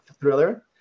thriller